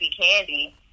candy